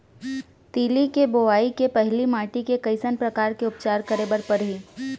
तिलि के बोआई के पहिली माटी के कइसन प्रकार के उपचार करे बर परही?